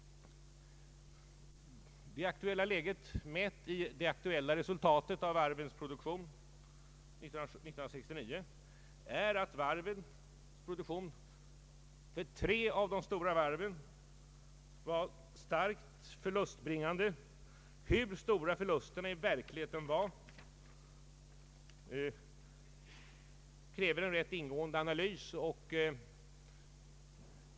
Det aktuella läget, mätt i det aktuella resultatet av varvens produktion 1969, är att produktionen, för tre av de stora varven, var starkt förlustbringande. För att vi skall få reda på hur stora förlusterna i verkligheten var krävs en tämligen ingående analys.